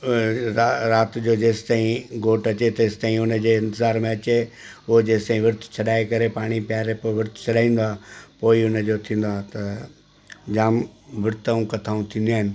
राति जो जेसि ताईं घोटु अचे तेसि ताईं हुन जे इंतिज़ार में अचे उहो जेसि ताईं विर्त छॾाए करे पाणी पियारे पोइ विर्त छॾाईंदो आहियां पोइ ई उन जो थींदो आहे त जाम विर्त ऐं कथाऊं थींदियूं आहिनि हिते